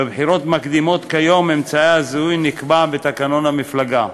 בבחירות מקדימות כיום אמצעי הזיהוי נקבע בתקנון המפלגה.